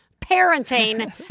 parenting